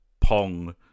Pong